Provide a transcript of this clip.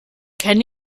can